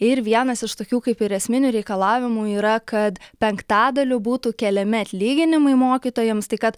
ir vienas iš tokių kaip ir esminių reikalavimų yra kad penktadaliu būtų keliami atlyginimai mokytojams tai kad